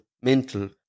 mental